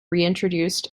reintroduced